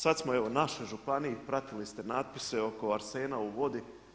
Sad smo evo našoj županiji, pratili ste natpise oko arsena u vodi.